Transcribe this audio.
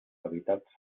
cavitats